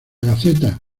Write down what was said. gaceta